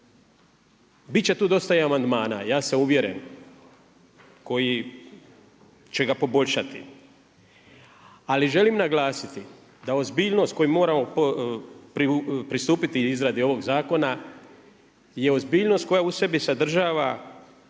će tu dosta i amandmana, ja sam uvjeren koji će ga poboljšati. Ali želim naglasiti da ozbiljnost kojom moramo pristupiti izradi ovog zakona je ozbiljnost koja u sebi sadržava